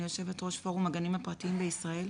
ואני יושבת-ראש פורום הגנים הפרטיים בישראל.